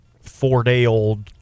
four-day-old